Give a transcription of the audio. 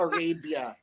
Arabia